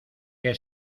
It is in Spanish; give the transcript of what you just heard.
que